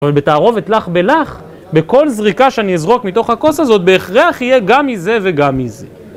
אבל בתערובת לח בלח, בכל זריקה שאני אזרוק מתוך הכוס הזאת, בהכרח יהיה גם מזה וגם מזה.